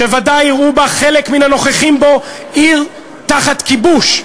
שוודאי יראו בה חלק מהנוכחים פה עיר תחת כיבוש,